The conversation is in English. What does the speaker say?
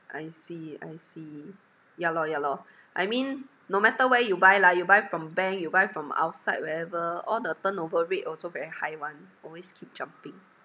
I see I see ya lor ya lor I mean no matter where you buy lah you buy from bank you buy from outside wherever all the turnover rate also very high [one] always keep jumping